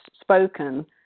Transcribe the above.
spoken